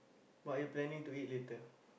what are you planning to eat later